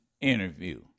interview